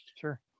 Sure